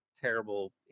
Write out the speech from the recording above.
terrible